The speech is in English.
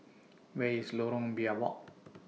Where IS Lorong Biawak